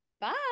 bye